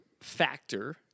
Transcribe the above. factor